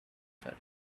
felt